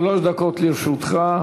שלוש דקות לרשותך.